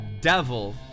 devil